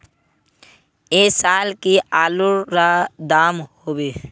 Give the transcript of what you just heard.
ऐ साल की आलूर र दाम होबे?